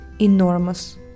enormous